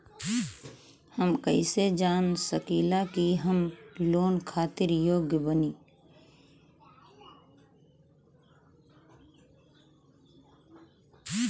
हम कईसे जान सकिला कि हम लोन खातिर योग्य बानी?